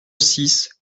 six